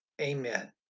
amen